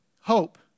Hope